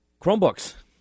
Chromebooks